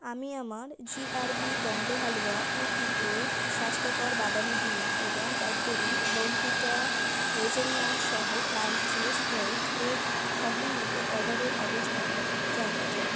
আমি আমার GRB Bombay halwa UPF স্বাস্থ্যকর বাদামী ডিম এবং ক্যাডবেরি বোর্ণভিটা হেজেলনাট সহ ক্রাঞ্চি স্প্রেড এর সমন্বিত অর্ডারের অবস্থান জানতে চাই